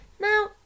Now